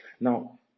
Now